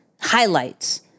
highlights